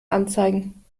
anzeigen